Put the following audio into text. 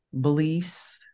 beliefs